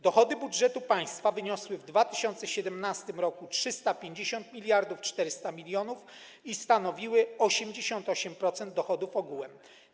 Dochody budżetu państwa wyniosły w 2017 r. 350,4 mld i stanowiły 88% dochodów ogółem.